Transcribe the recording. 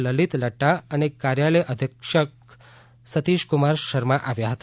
લલિત લદ્દા અને કાર્યાલય અધ્યક્ષ સતીષકુમાર શર્મા આવ્યા હતા